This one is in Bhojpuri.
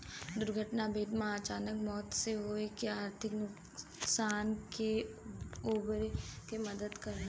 दुर्घटना बीमा अचानक मौत से होये वाले आर्थिक नुकसान से उबरे में मदद करला